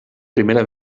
primera